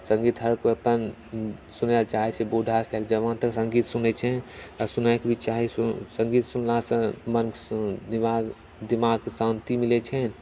सङ्गीत हर कोइ अपन सुनै लऽ चाहैत छै बूढा से लैके जबान तक सङ्गीत सुनैत छै आ सुनैके भी चाही सङ्गीत सुनलासँ मन दिमाग दिमागके शांति मिलैत छै